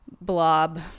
blob